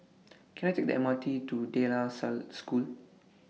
Can I Take The M R T to De La Salle School